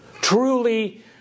Truly